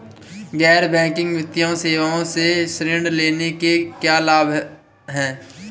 गैर बैंकिंग वित्तीय सेवाओं से ऋण लेने के क्या लाभ हैं?